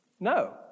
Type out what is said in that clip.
No